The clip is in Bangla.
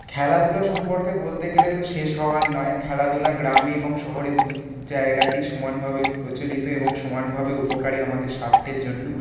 খেলাধুলা সম্পর্কে বলতে গেলে তো শেষ হওয়ার নয় খেলাধুলা গ্রামে এবং শহরে দু জায়গাতেই সমানভাবে প্রচলিত এবং সমানভাবে উপকারী আমাদের স্বাস্থ্যের জন্য